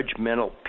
judgmental